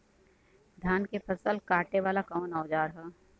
धान के फसल कांटे वाला कवन औजार ह?